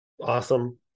Awesome